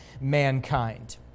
mankind